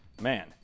Man